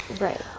Right